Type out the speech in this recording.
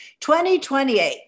2028